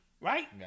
right